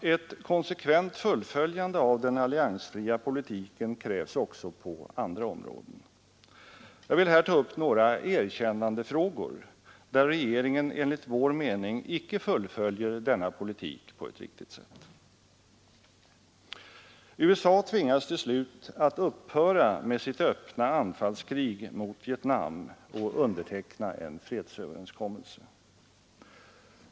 Ett konsekvent fullföljande av den alliansfria politiken krävs också på andra områden. Jag vill här ta upp några erkännandefrågor, där regeringen enligt vår mening icke fullföljer denna politik på ett riktigt sätt. USA tvingades till slut att upphöra med sitt öppna anfallskrig mot Vietnam och underteckna en fredsöverenskommelse.